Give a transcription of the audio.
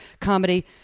comedy